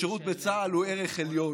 השירות בצה"ל הוא ערך עליון.